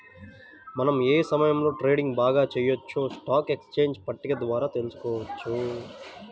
మనం ఏ సమయంలో ట్రేడింగ్ బాగా చెయ్యొచ్చో స్టాక్ ఎక్స్చేంజ్ పట్టిక ద్వారా తెలుసుకోవచ్చు